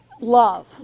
love